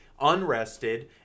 unrested